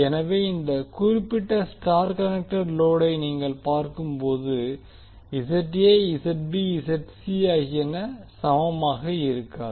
எனவே இந்த குறிப்பிட்ட ஸ்டார் கனெக்டெட் லோடை நீங்கள் பார்க்கும்போது ஆகியன சமமாக இருக்காது